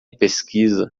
pesquisa